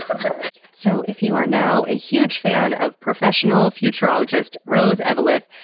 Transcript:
so if you are now a huge fan of professional futurologist rose eveleth,